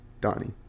Donnie